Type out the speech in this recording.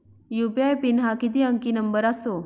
UPI PIN हा किती अंकी नंबर असतो?